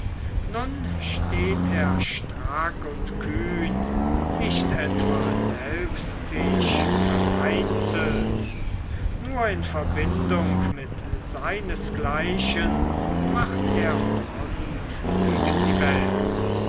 nun steht er strack und kühn nicht etwa selbstisch vereinzelt nur in verbindung mit seinesgleichen macht er fronte gegen die welt